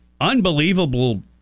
unbelievable